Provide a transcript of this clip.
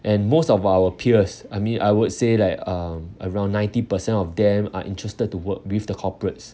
and most of our peers I mean I would say like um around ninety percent of them are interested to work with the corporates